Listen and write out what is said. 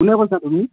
কোনে কৈছা তুমি